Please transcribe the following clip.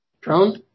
Drone